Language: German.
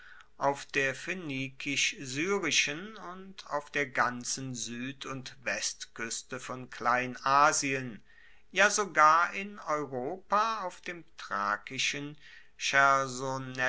auf der phoenikisch syrischen und auf der ganzen sued und westkueste von kleinasien ja sogar in europa auf dem thrakischen